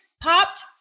popped